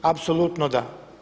Apsolutno da.